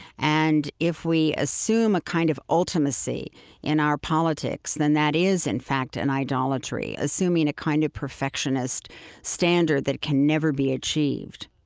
and if we assume a kind of ultimacy in our politics, then that is in fact an idolatry, assuming a kind of perfectionist standard that can never be achieved